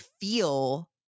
feel